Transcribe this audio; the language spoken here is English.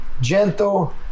gentle